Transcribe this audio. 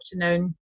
afternoon